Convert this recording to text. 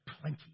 plenty